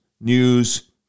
News